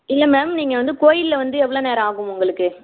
இல்லை மேம் நீங்கள் வந்து கோயிலில் வந்து எவ்வளோ நேரம் ஆகும் உங்களுக்கு